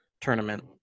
tournament